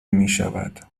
میشود